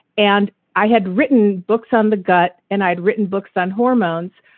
and i had written books on the gut and i'd written books on hormones,